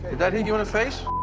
that hit you in the face?